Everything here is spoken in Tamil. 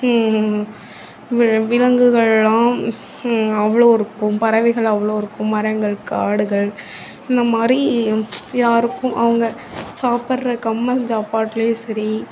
வில விலங்குகள்லாம் அவ்வளோ இருக்கும் பறவைகள் அவ்வளோ இருக்கும் மரங்கள் காடுகள் இந்தமாதிரி யாருக்கும் அவங்க சாப்பிட்ற கம்மஞ்சாப்பாட்லையும் சரி